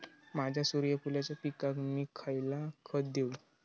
माझ्या सूर्यफुलाच्या पिकाक मी खयला खत देवू?